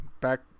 back